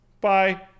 Bye